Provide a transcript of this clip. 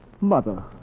Mother